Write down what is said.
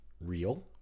real